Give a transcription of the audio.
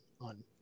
on